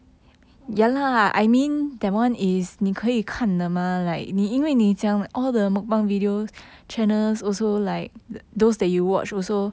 walao this person